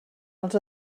els